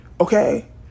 Okay